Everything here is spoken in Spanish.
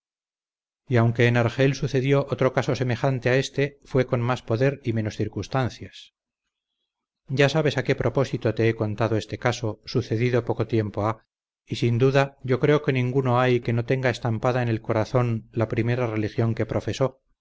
y aunque en argel sucedió otro caso semejante a este fue con más poder y menos circunstancias ya sabes a que propósito te he contado este caso sucedido poco tiempo ha y sin duda yo creo que ninguno hay que no tenga estampada en el corazón la primera religión que profesó